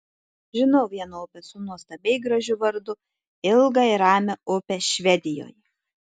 žinau vieną upę su nuostabiai gražiu vardu ilgą ir ramią upę švedijoje